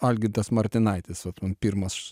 algirdas martinaitis vat man pirmas